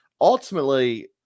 Ultimately